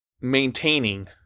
maintaining